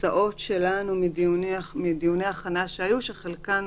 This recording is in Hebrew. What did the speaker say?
הצעות שלנו מדיוני הכנה שהיו, שחלקן